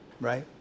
Right